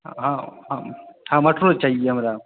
हँ हँ हँ मटरो चाही हमरा